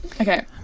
Okay